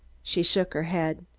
she shook her head.